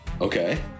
okay